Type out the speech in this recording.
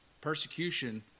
persecution